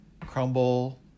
crumble